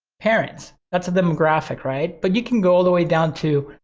parents. that's a demographic, right? but you can go all the way down to,